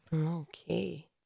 Okay